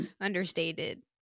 understated